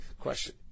question